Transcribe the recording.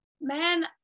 man